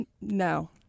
No